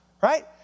right